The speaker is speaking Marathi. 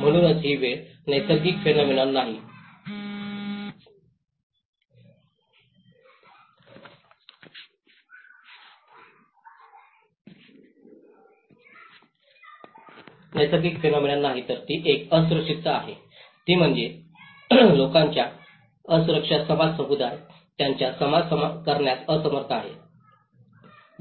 म्हणूनच ही केवळ नैसर्गिक फेनॉमेनॉन नाही तर ती एक असुरक्षितता आहे ती म्हणजे लोकांची असुरक्षा समाज समुदाय ज्याचा सामना करण्यास असमर्थ आहे